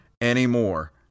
anymore